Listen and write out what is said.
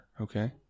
okay